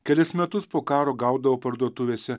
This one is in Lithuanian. kelis metus po karo gaudavo parduotuvėse